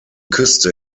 küste